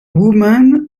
woman